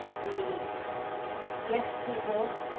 the yes people